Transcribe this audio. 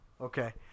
Okay